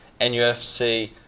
NUFC